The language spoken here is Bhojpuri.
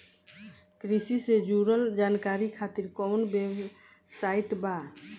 कृषि से जुड़ल जानकारी खातिर कोवन वेबसाइट बा?